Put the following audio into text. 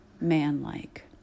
manlike